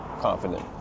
Confident